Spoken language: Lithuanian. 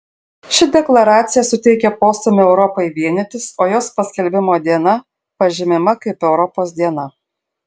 ši deklaracija suteikė postūmį europai vienytis o jos paskelbimo diena pažymima kaip europos diena